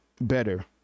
better